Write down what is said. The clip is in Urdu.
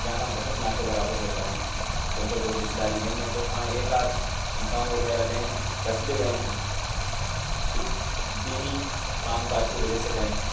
جانا بہت نہ کے برابر ہوتا ہے کیونکہ کوئی رشتے داری نہیں ہے تو ہاں ایک آدھ گاؤں وغیرہ گئے ہیں قصبے گئے ہیں کچھ دینی کام کاج کی وجہ سے گئے ہیں